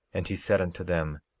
and he said unto them